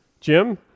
Jim